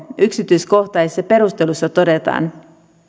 yksityiskohtaisissa perusteluissa todetaan